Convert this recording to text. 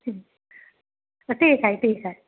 ठीक आहे ठीक आहे